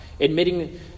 admitting